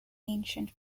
ancient